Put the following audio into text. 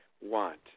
want